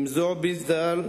עם זועבי ז"ל,